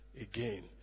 again